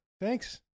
Thanks